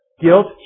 Guilt